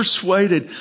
persuaded